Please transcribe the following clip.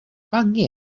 pangaea